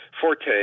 forte